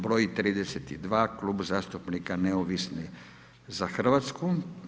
Broj 32., Klub zastupnika Neovisni za Hrvatsku.